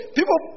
people